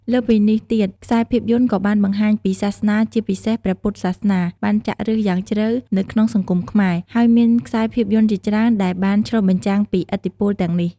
លើសពីនេះទៀតខ្សែភាពយន្តក៏បានបង្ហាញពីសាសនា ជាពិសេស ព្រះពុទ្ធសាសនា បានចាក់ឫសយ៉ាងជ្រៅនៅក្នុងសង្គមខ្មែរ ហើយមានខ្សែភាពយន្តជាច្រើនដែលបានឆ្លុះបញ្ចាំងពីឥទ្ធិពលទាំងនេះ ។